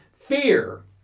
fear